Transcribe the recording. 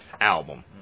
album